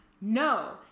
No